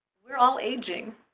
we're all aging.